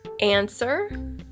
Answer